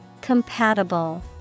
Compatible